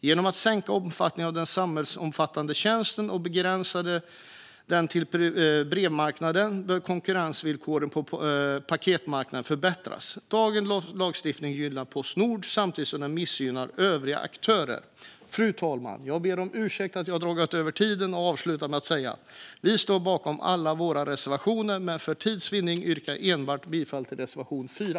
Genom att minska omfattningen av den samhällsomfattande tjänsten och begränsa den till brevmarknaden bör konkurrensvillkoren på paketmarknaden förbättras. Dagens lagstiftning gynnar Postnord samtidigt som den missgynnar övriga aktörer. Fru talman! Jag ber om ursäkt för att jag har överskridit min talartid och avslutar mitt anförande med att säga att vi står bakom alla våra reservationer. Men för tids vinnande yrkar jag bifall enbart till reservation 4.